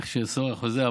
איך שההיסטוריה חוזרת.